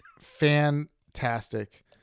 fantastic